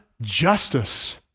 Justice